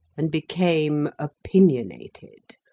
and became opinionated.